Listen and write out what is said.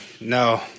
no